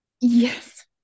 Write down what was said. Yes